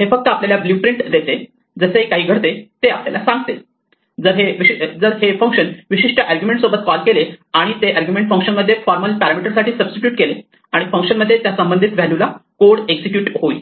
हे फक्त आपल्याला ब्ल्यू प्रिंट देते जसे काही घडते ते आपल्याला सांगते जर हे फंक्शन विशिष्ट अर्ग्युमेण्ट सोबत कॉल केले आणि आणि ते अर्ग्युमेण्ट फंक्शन मध्ये फॉर्मल पॅरामिटर साठी सब्स्टिट्युट केले आणि फंक्शन मध्ये त्या संबंधित व्हॅल्यूला कोड एक्झिक्युट होईल